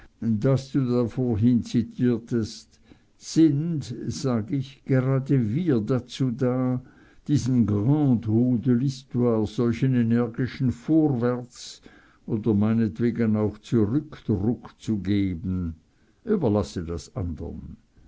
das du da vorhin zitiertest sind sag ich gerade wir dazu da diesem grande roue de l'histoire solchen energischen vorwärts oder meinetwegen auch zurückruck zu geben überlasse das